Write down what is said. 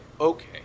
Okay